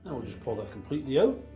we'll just pull that completely out.